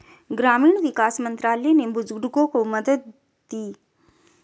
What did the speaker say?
ग्रामीण विकास मंत्रालय ने बुजुर्गों को दी मदद